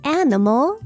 animal